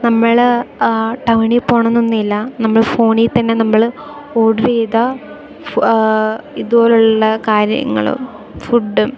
നമ്മൾ ടൗണിൽ പോകണമെന്നൊന്നും ഇല്ല നമ്മൾ ഫോണിൽതന്നെ നമ്മൾ ഓർഡർ ചെയ്ത ഇതുപോലുള്ള കാര്യങ്ങളും ഫുഡും